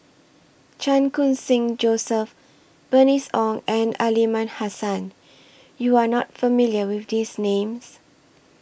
Chan Khun Sing Joseph Bernice Ong and Aliman Hassan YOU Are not familiar with These Names